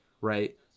right